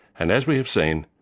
and as we have seen,